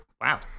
Wow